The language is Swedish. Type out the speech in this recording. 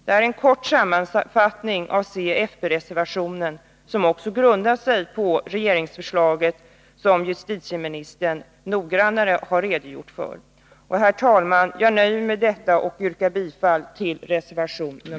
Det är en kort sammanfattning av denna reservation, som också grundar sig på regeringsförslaget, vilket justitieministern noggrannare har redogjort för. Herr talman! Jag nöjer mig med detta och yrkar bifall till reservation sm